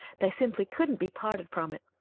they simply couldn't be parted from it.